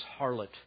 harlot